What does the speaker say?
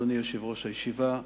אדוני יושב-ראש הישיבה.